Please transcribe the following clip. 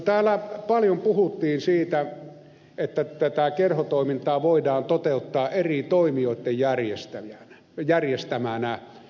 täällä paljon puhuttiin siitä että tätä kerhotoimintaa voidaan toteuttaa eri toimijoitten järjestämänä